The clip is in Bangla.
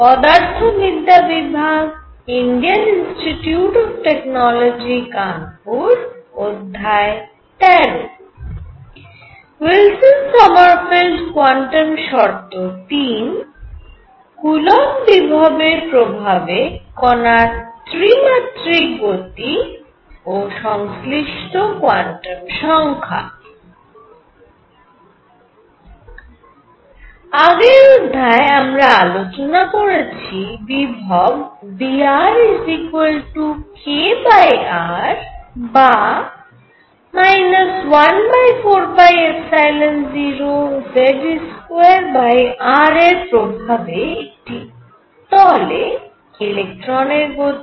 আগের অধ্যায়ে আমরা আলোচনা করেছি বিভব Vr kr বা 14π0 এর প্রভাবে একটি তলে ইলেকট্রনের গতি